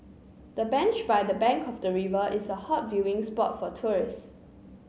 the bench by the bank of the river is a hot viewing spot for tourists